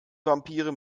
vampire